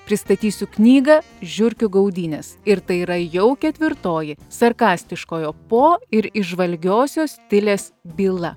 pristatysiu knygą žiurkių gaudynės ir tai yra jau ketvirtoji sarkastiškojo po ir įžvalgiosios tilės byla